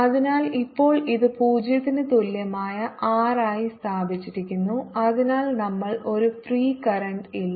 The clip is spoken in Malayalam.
അതിനാൽ ഇപ്പോൾ ഇത് 0 ന് തുല്യമായ r ആയി സ്ഥാപിച്ചിരിക്കുന്നു അതിനാൽ നമ്മൾക്ക് ഒരു ഫ്രീ കറന്റ് ഇല്ല